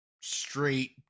straight